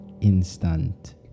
instant